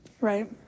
Right